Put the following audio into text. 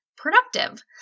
productive